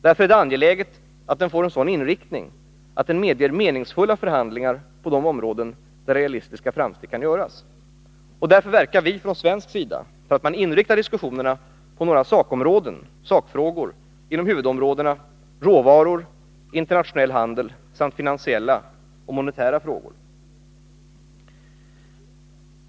Det är därför angeläget att den får en sådan inriktning att den medger meningsfulla förhandlingar på de områden där realistiska framsteg kan göras. Därför verkar vi från svensk sida för att man inriktar diskussionerna på några sakfrågor inom huvudområdena råvaror, internationell handel samt finansiella och monetära frågor.